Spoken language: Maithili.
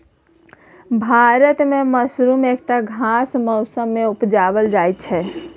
भारत मे मसरुम एकटा खास मौसमे मे उपजाएल जाइ छै